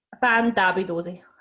fan-dabby-dozy